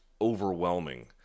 overwhelming